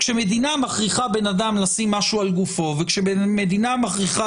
כשמדינה מכריחה בן אדם לשים משהו על גופו וכשמדינה מכריחה